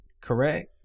correct